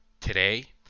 today